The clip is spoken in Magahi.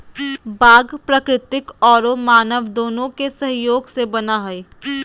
बाग प्राकृतिक औरो मानव दोनों के सहयोग से बना हइ